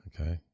Okay